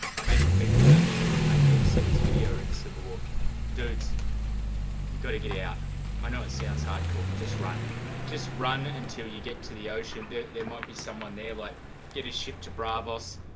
i imagine people out there that maybe even see this video are in a civil war dudes you've got to get it out i know it sounds hard corporate just run just run until you get to the ocean there there might be someone there like get a ship to braavos?